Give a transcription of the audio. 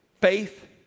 Faith